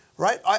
Right